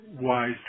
wise